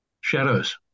Shadows